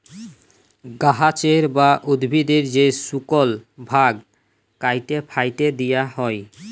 গাহাচের বা উদ্ভিদের যে শুকল ভাগ ক্যাইটে ফ্যাইটে দিঁয়া হ্যয়